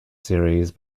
series